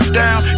down